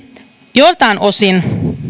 joiltain osin